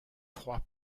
froid